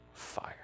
fire